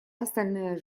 остальная